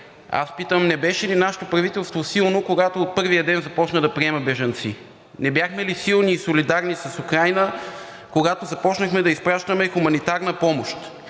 аз питам: не беше ли нашето правителство силно, когато от първия ден започна да приема бежанци? Не бяхме ли силни и солидарни с Украйна, когато започнахме да изпращаме хуманитарна помощ,